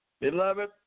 Beloved